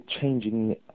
changing